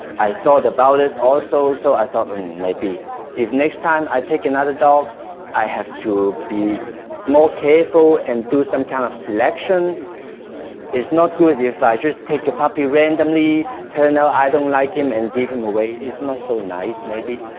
i thought about it also so i thought maybe if next time i take another dog i have to be more careful and do some kind of selection it's not good if i just take a puppy randomly turn out i don't like him and give him away it's not so nice maybe